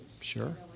Sure